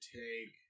take